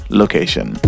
location